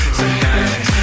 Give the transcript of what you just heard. tonight